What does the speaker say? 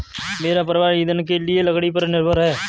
मेरा परिवार ईंधन के लिए लकड़ी पर निर्भर है